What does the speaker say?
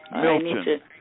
Milton